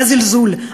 הזלזול,